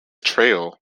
trail